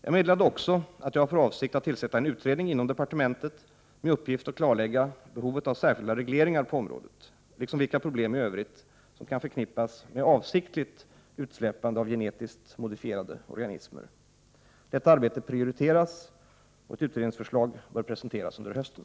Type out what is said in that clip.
Jag meddelade också att jag har för avsikt att tillsätta en utredning inom departementet med uppgift att klarlägga behovet av särskilda regleringar på området liksom vilka problem i övrigt som kan förknippas med avsiktligt utsläppande av genetiskt modifierade organismer. Detta arbete prioriteras. Ett utredningsförslag bör presenteras under hösten.